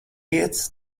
iet